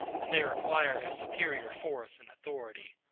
and there acquire a superior force and authority.